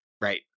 right